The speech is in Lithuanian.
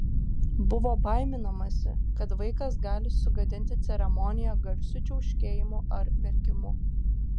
buvo baiminamasi kad vaikas gali sugadinti ceremoniją garsiu čiauškėjimu ar verkimu